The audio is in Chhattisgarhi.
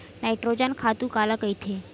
नाइट्रोजन खातु काला कहिथे?